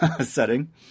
setting